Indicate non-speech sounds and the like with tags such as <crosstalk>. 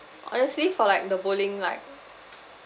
honestly for like the bowling like <noise>